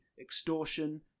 extortion